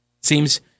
Seems